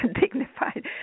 dignified